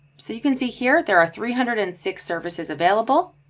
so you can see here there are three hundred and six services available.